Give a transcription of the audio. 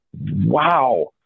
Wow